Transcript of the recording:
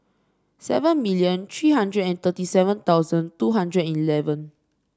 seven million three hundred and thirty seven thousand two hundred and eleven